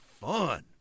fun